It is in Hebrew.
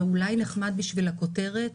זה אולי נחמד בשביל הכותרת